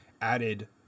added